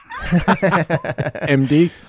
MD